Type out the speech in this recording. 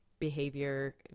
behavior